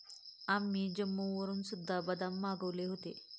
आम्ही जम्मूवरून सुद्धा बदाम मागवले होते